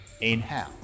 Inhale